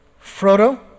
Frodo